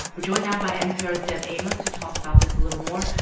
we're joined now by npr's deb amos to talk about this a little more.